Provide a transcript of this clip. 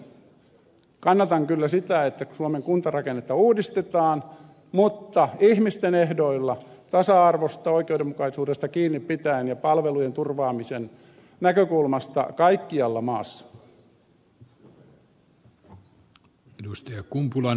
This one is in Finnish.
muutoin kannatan kyllä sitä että suomen kuntarakennetta uudistetaan mutta ihmisten ehdoilla tasa arvosta oikeudenmukaisuudesta kiinni pitäen ja palvelujen turvaamisen näkökulmasta kaikkialla maassa